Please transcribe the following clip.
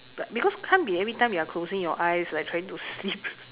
but because can't be every time you're closing your eyes like trying to sleep